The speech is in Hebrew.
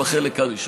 בחלק הראשון.